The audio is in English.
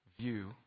view